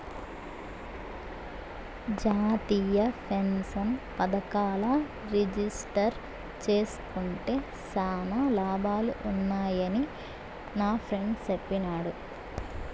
జాతీయ పెన్సన్ పదకంల రిజిస్టర్ జేస్కుంటే శానా లాభాలు వున్నాయని నాఫ్రెండ్ చెప్పిన్నాడు